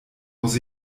muss